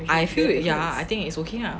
I feel it ya I think it's okay lah